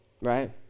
right